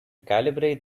calibrate